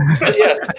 yes